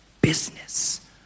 business